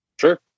sure